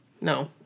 No